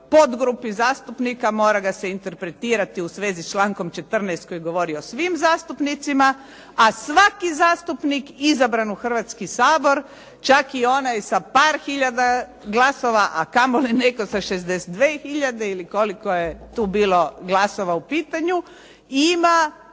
podgrupi zastupnika mora ga se interpretirati u svezi s člankom 14. koji govori o svim zastupnicima. A svaki zastupnik izabran u Hrvatski sabor, čak i onaj sa par hiljada glasova, a kamoli netko sa 62 hiljade ili koliko je tu bilo glasova u pitanju, ima